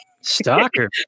Stalker